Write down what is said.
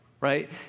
right